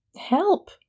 Help